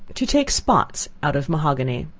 to take spots out of mahogany.